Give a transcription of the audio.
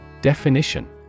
Definition